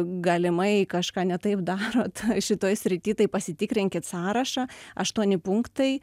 galimai kažką ne taip darot šitoj srity tai pasitikrinkit sąrašą aštuoni punktai